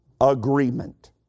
agreement